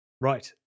Right